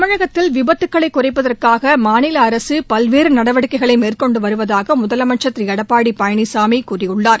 தமிழகத்தில் விபத்துக்களை குறைப்பதற்காக மாநில அரசு பல்வேறு நடவடிக்கைகளை மேற்கொண்டுவதாக முதலமைச்சர் திரு எடப்பாடி பழனிசாமி கூறியுள்ளார்